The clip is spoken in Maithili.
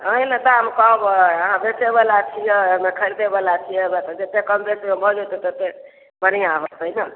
अहीँ ने दाम कहबै अहाँ बेचैबला छियै हमे खरिदैबला छियै हमरा तऽ जतेक कम बेसमे भऽ जेतै ततेक बढ़िआँ होयतै ने